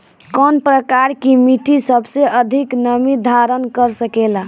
कौन प्रकार की मिट्टी सबसे अधिक नमी धारण कर सकेला?